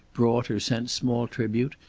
brought or sent small tribute,